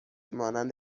مانند